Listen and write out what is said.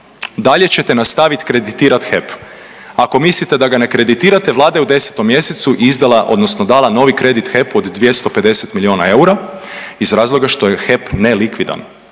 dalje ćete nastaviti kreditirati HEP. Ako mislite da ga ne kreditirate, Vlada je u 10. mjesecu izdala odnosno dala novi kredit HEP-u od 250 milijuna eura iz razloga što je HEP nelikvidan.